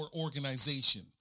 organization